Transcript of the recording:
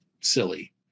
silly